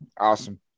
Awesome